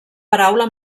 paraula